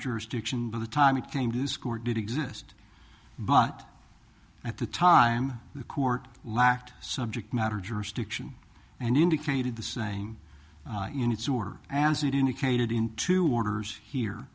jurisdiction by the time it came to score did exist but at the time the court lacked subject matter jurisdiction and indicated the same in its order as it indicated in two orders here